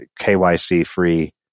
KYC-free